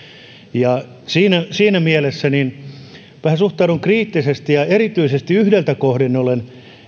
siinä siinä mielessä vähän suhtaudun kriittisesti ja erityisesti yhdeltä kohdin olen